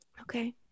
Okay